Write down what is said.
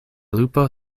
lupo